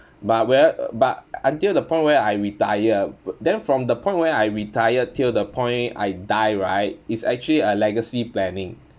but where uh but until the point where I retire then from the point where I retire till the point I die right is actually a legacy planning